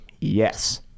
Yes